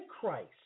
Christ